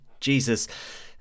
Jesus